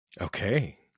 Okay